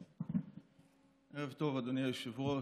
ערב טוב, אדוני היושב-ראש.